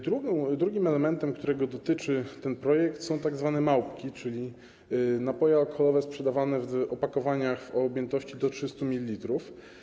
Drugim elementem, którego dotyczy ten projekt, są tzw. małpki, czyli napoje alkoholowe sprzedawane w opakowaniach o objętości do 300 ml.